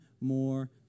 more